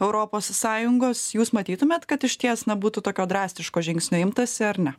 europos sąjungos jūs matytumėt kad išties na būtų tokio drastiško žingsnio imtasi ar ne